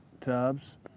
tubs